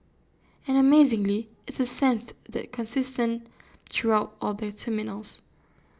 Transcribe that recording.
and amazingly it's A that's consistent throughout all the terminals